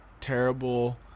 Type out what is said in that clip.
terrible